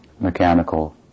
mechanical